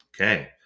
Okay